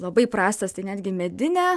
labai prastas tai netgi medinę